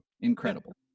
Incredible